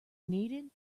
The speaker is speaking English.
needed